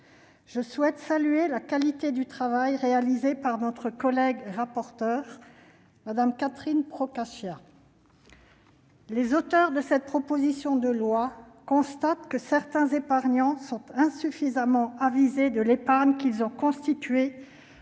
je tiens à saluer la qualité du travail effectué par notre collègue rapporteur Catherine Procaccia. Les auteurs de cette proposition de loi constatent que certains épargnants sont insuffisamment informés sur l'épargne qu'ils ont constituée